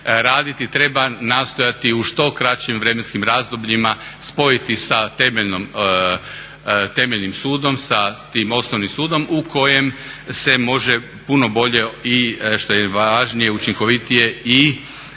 treba nastojati u što kraćim vremenskim razdobljima spojiti sa temeljnim sudom, sa tim osnovnim sudom u kojem se može puno bolje i važnije učinkovitije i